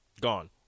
gone